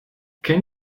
can